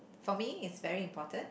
for me it's very important